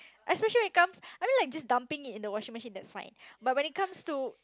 especially when it comes I mean like just dumping it into the washing machine that's fine but when it comes to